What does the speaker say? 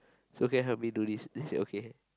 so can you help me do this then he say okay